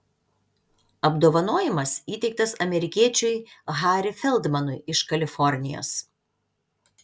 apdovanojimas įteiktas amerikiečiui harry feldmanui iš kalifornijos